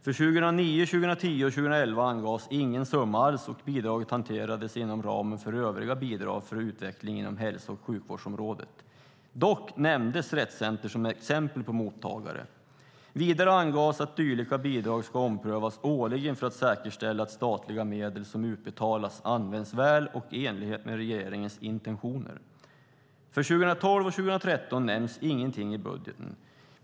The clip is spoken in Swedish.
För 2009, 2010 och 2011 angavs ingen summa alls, och bidraget hanterades inom ramen för övriga bidrag för utveckling inom hälso och sjukvårdsområdet. Dock nämndes Rett Center som ett exempel på mottagare. Vidare angavs att dylika bidrag ska omprövas årligen för att säkerställa att statliga medel som utbetalas används väl och i enlighet med regeringens intentioner. För 2012 och 2013 nämns ingenting i budgeten.